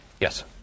Yes